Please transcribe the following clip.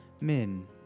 Min